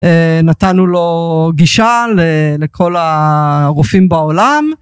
נתנו לו גישה לכל הרופאים בעולם.